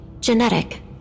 genetic